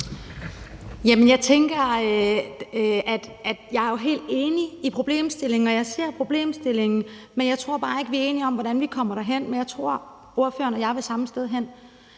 og jeg ser problemstillingen, men jeg tror bare ikke, vi er enige om, hvordan vi kommer derhen. Men jeg tror, at ordføreren og jeg vil samme sted hen.